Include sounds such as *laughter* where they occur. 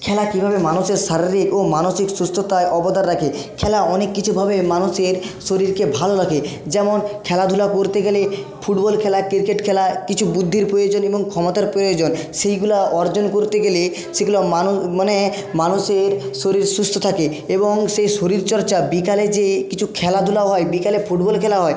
খেলা কীভাবে মানুষের শারীরিক ও মানসিক সুস্থতায় অবদান রাখে খেলা অনেক কিছুভাবে মানুষের শরীরকে ভালো রাখে যেমন খেলাধুলা করতে গেলে ফুটবল খেলা ক্রিকেট খেলায় কিছু বুদ্ধির প্রয়োজন এবং ক্ষমতার প্রয়োজন সেইগুলো অর্জন করতে গেলে সেগুলো *unintelligible* মানে মানুষের শরীর সুস্থ থাকে এবং সেই শরীরচর্চা বিকেলে যেয়ে কিছু খেলাধুলাও হয় বিকেলে ফুটবল খেলা হয়